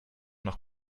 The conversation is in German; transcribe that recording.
noch